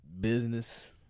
business